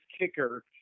kicker